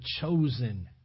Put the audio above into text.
chosen